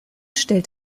stellt